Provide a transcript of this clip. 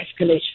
escalation